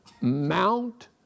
Mount